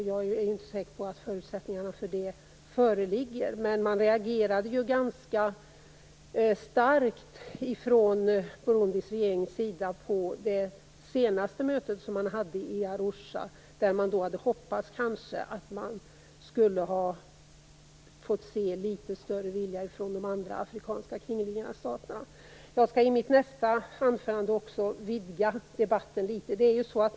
Jag är inte säker på att förutsättningarna för det föreligger, men Burundis regering reagerade ganska starkt på det senaste mötet i Arusha, då förhoppningar kanske fanns om att de andra kringliggande staterna skulle ha visat en litet större vilja till samarbete. I mitt nästa anförande skall jag vidga debatten litet.